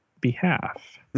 behalf